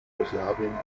jugoslawien